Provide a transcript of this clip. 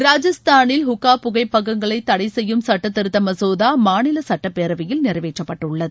ராஜஸ்தானில் ஹுக்கா புகைப்பகங்களை தடை செய்யும் சட்டத்திருத்த மசோதா அம்மாநில சுட்டப்பேரவையில் நிறைவேற்றப்பட்டுள்ளது